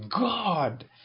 God